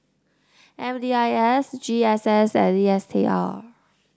M D I S G S S and D S T A